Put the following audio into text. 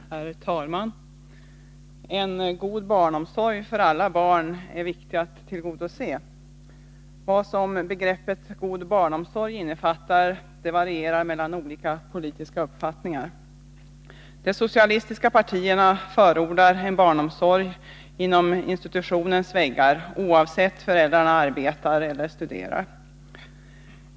Herr talman! En god barnomsorg för alla barn är viktig att tillgodose. Vad man anser att begreppet god barnomsorg innefattar varierar mellan olika politiska uppfattningar. De socialistiska partierna förordar en barnomsorg inominstitutionens väggar, oavsett om föräldrarna arbetar eller studerar.